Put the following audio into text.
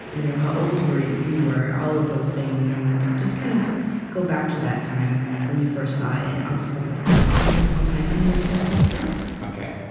you know how old you you were, all of those things, and just kind of go back to that time when you first saw it. and i'll just look at the clock, and i'll chime in when the ten seconds are up ok,